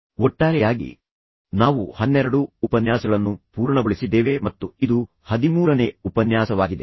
ಮತ್ತು ಒಟ್ಟಾರೆಯಾಗಿ ನೀವು ನೋಡಿದರೆ ನಾವು ಹನ್ನೆರಡು ಉಪನ್ಯಾಸಗಳನ್ನು ಪೂರ್ಣಗೊಳಿಸಿದ್ದೇವೆ ಮತ್ತು ಇದು ಹದಿಮೂರನೇ ಉಪನ್ಯಾಸವಾಗಿದೆ